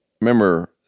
remember